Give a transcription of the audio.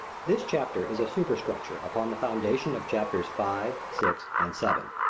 this chapter is a superstructure upon the foundations of chapters five, six, and seven.